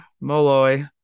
Molloy